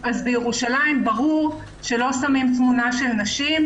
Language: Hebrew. אז בירושלים ברור שלא שמים תמונה של נשים,